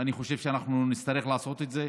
ואני חושב שאנחנו נצטרך לעשות את זה,